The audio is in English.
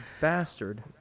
bastard